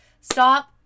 Stop